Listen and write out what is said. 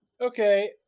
Okay